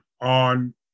on